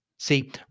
See